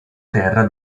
terra